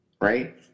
Right